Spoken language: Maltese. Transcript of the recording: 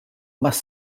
mas